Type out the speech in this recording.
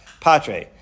Patre